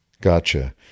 Gotcha